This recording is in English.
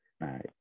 right